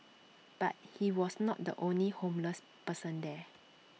but he was not the only homeless person there